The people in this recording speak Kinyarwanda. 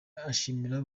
ashimira